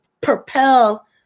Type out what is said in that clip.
propel